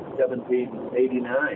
1789